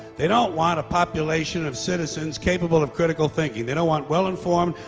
they don't want a population of citizens capable of critical thinking. they don't want well informed,